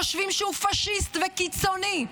חושבים שהוא פשיסט וקיצוני,